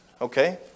Okay